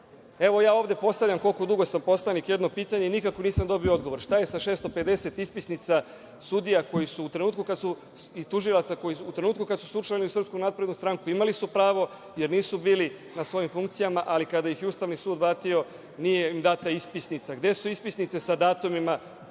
posmatranja. Ovde postavljam, koliko dugo sam poslanik, jedno pitanje i nikako nisam dobio odgovor – šta je sa 650 ispisnica sudija i tužilaca koji su u trenutku kada su se učlanili u SNS imali pravo, jer nisu bili na svojim funkcijama, ali kada ih je Ustavni sud vratio, nije im data ispisnica? Gde su ispisnice sa datumima